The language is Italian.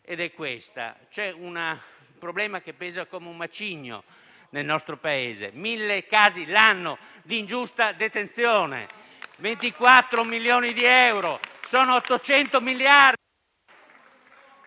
qui presente. C'è una problema che pesa come un macigno nel nostro Paese: 1.000 casi l'anno di ingiusta detenzione, 24 milioni di euro. Sono 800 miliardi,